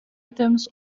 items